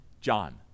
John